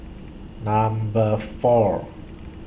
Number four